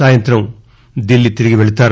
సాయంత్రం ఢిల్లీ తిరిగి పెళతారు